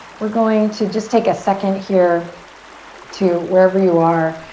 we're going to just take a second here to, wherever you are,